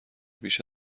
پیش